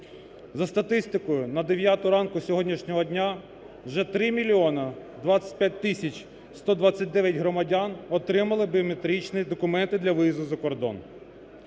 За статистикою на дев'яту ранку сьогоднішнього дня вже 3 мільйона 25 тисяч 129 громадян отримали біометричні документи для виїзду за кордон.